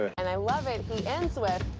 and i love it, he ends with,